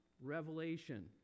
revelation